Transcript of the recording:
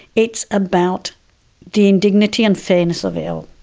it's about the indignity and fairness of it all.